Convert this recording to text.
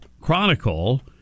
Chronicle